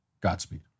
Godspeed